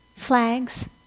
flags